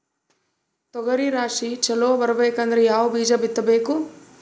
ತೊಗರಿ ರಾಶಿ ಚಲೋ ಬರಬೇಕಂದ್ರ ಯಾವ ಬೀಜ ಬಿತ್ತಬೇಕು?